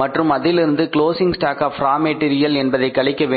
மற்றும் அதிலிருந்து closing stock of raw material என்பதை கழிக்க வேண்டும்